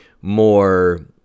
more